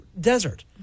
desert